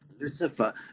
lucifer